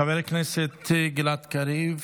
חבר הכנסת גלעד קריב,